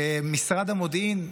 משרד המודיעין,